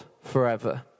forever